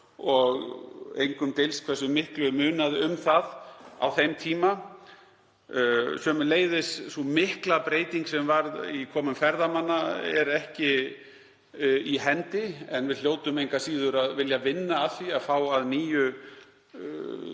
og engum dylst hversu miklu munaði um það á þeim tíma. Sömuleiðis er sú mikla breyting sem varð í komum ferðamanna ekki í hendi en við hljótum engu að síður að vilja vinna að því að fá að nýju ferðamenn